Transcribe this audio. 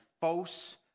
false